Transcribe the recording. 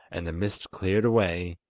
and the mist cleared away,